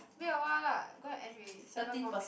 wait a while lah going to end already seven more minutes